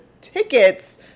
tickets